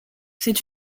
c’est